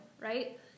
right